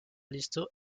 listo